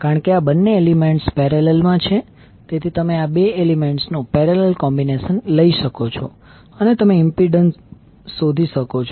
કારણ કે આ બંને એલિમેન્ટ્સ પેરેલલ મા છે તેથી તમે આ બે એલિમેન્ટ્સ નું પેરેલલ કોમ્બીનેશન લઈ શકો છો અને તમે ઇમ્પિડન્સ શોધી શકો છો